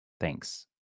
Thanks